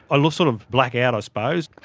i just sort of black out i suppose.